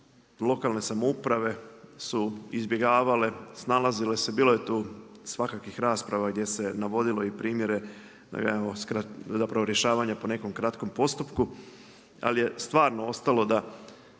lokalne samouprave su izbjegavale, snalazile se, bilo je tu svakakvih rasprava gdje se navodilo i primjere rješavanja po nekom kratkom postupku. Ali je stvarno ostalo da